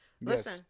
Listen